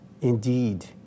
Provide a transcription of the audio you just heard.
Indeed